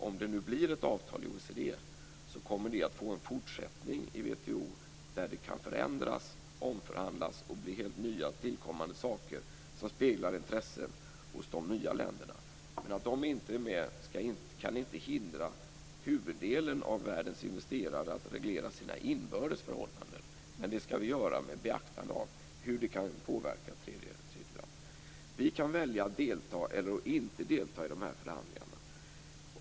Om det blir ett avtal i OECD, kommer det att få en fortsättning i WTO där det kan förändras, omförhandlas och ge nya saker som speglar intressen hos nya länderna. Att de inte är med kan inte hindra huvuddelen av världens investerare att reglera sina inbördes förhållanden. Det skall vi göra med beaktande av hur tredje land kan påverkas. Vi kan välja att delta eller inte delta i förhandlingarna.